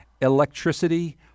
electricity